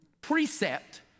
precept